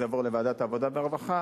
זה יעבור לוועדת העבודה והרווחה,